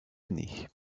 année